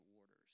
orders